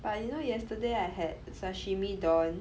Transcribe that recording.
but you know yesterday I had sashimi don